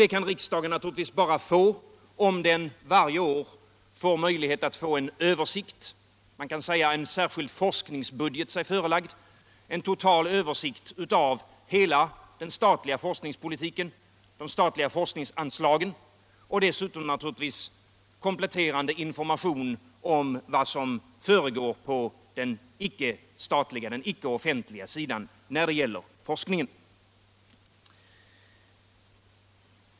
Det kan riksdagen naturligtvis bara få, om den varje år får sig förelagd en särskild forskningsbudget med en total översikt över hela den statliga forskningspolitiken och de statliga forskningsanslagen och dessutom kompletterande information om vad som pågår på den icke offentliga sidan av forskningsområdet.